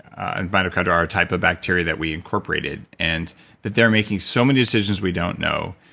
and mitochondria are a type of bacteria that we incorporated. and that they are making so many decisions we don't know,